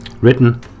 Written